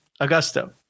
Augusto